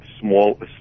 small